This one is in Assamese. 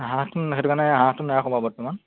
হাঁহটো সেইকাৰণে হাঁহটো নাৰাখোঁ বাৰু বৰ্তমান